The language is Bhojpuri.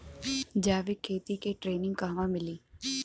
जैविक खेती के ट्रेनिग कहवा मिली?